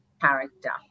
character